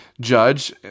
judge